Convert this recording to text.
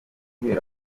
guhera